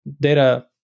data